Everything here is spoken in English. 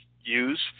use